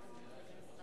כרגיל.